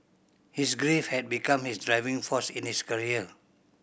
his grief had become his driving force in his career